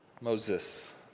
Moses